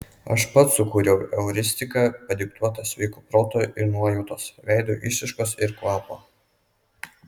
aš pats sukūriau euristiką padiktuotą sveiko proto ir nuojautos veido išraiškos ir kvapo